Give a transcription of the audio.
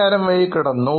നേരം വൈകി കിടന്നു